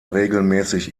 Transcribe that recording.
regelmäßig